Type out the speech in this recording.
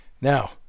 Now